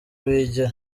bigira